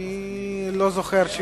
אני לא זוכר.